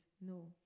no